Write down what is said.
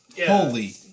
Holy